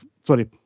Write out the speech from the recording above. sorry